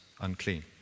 unclean